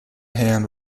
hand